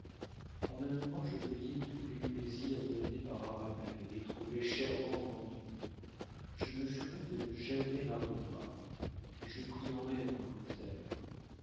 en un moment je payai tous les plaisirs donnés par arabelle et les trouvai chèrement vendus je me jurai de ne jamais la revoir et je pris en haine l'angleterre